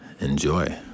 Enjoy